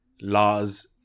laws